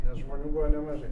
nes žmonių buvo nemažai